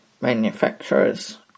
manufacturers